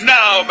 now